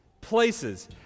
places